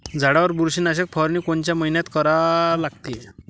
झाडावर बुरशीनाशक फवारनी कोनच्या मइन्यात करा लागते?